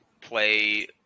play